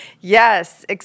Yes